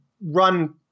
run